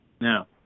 Now